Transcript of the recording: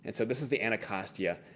and so this is the anacostia,